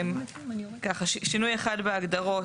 שינוי אחד בהגדרות,